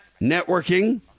networking